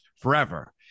forever